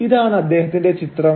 ഇതാണ് അദ്ദേഹത്തിന്റെ ചിത്രം